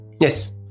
Yes